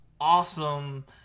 awesome